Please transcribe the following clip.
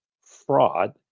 fraud